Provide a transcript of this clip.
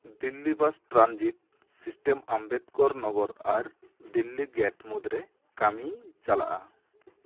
Delhi bus transit system Ambedkar Nagar ᱟᱨ Delhi gate ᱢᱩᱫᱽᱨᱮ ᱠᱟᱢᱤ ᱪᱟᱞᱟᱜᱼᱟ